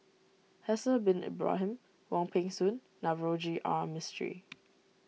Haslir Bin Ibrahim Wong Peng Soon Navroji R Mistri